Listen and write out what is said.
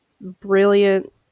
brilliant